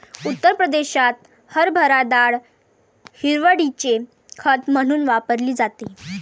उत्तर प्रदेशात हरभरा डाळ हिरवळीचे खत म्हणून वापरली जाते